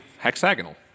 hexagonal